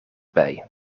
bij